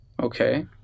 Okay